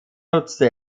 nutzte